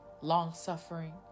long-suffering